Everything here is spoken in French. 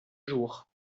jours